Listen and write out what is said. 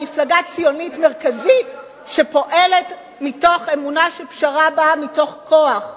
היא מפלגה ציונית מרכזית שפועלת מתוך אמונה שפשרה באה מתוך כוח,